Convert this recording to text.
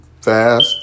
fast